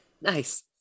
Nice